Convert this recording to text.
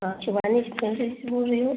हाँ शिवानी इस्टेंसरी से बोल रही हूँ